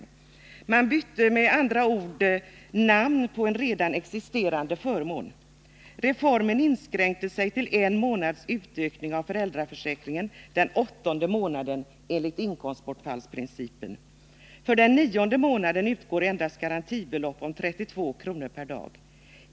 Man bytte med andra ord namn på en redan existerande förmån. Reformen inskränkte sig till en månads utökning av föräldraförsäkringen, den åttonde månaden, enligt inkomstbortfallsprincipen. För den nionde månaden utgår endast garantibelopp om 32 kr. per dag.